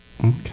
Okay